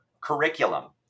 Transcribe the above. curriculum